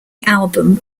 album